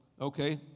okay